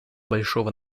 большого